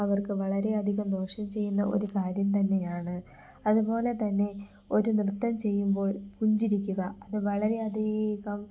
അവർക്ക് വളരെ അധികം ദോഷം ചെയ്യുന്ന ഒരു കാര്യം തന്നെയാണ് അതുപോലെ തന്നെ ഒരു നൃത്തം ചെയ്യുമ്പോൾ പുഞ്ചിരിക്കുക അത് വളരെ അധികം